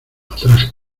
atrás